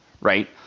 right